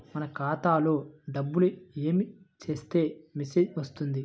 మన ఖాతాలో డబ్బులు ఏమి చేస్తే మెసేజ్ వస్తుంది?